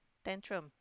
tantrum